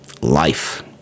life